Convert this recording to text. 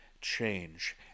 change